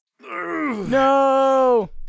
No